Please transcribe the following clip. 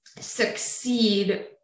succeed